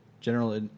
general